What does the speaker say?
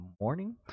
morning